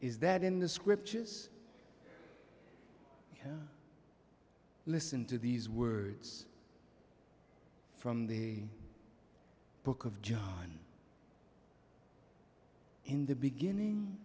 is that in the scriptures listen to these words from the book of john in the beginning